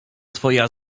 twoja